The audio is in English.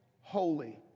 holy